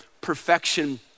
perfection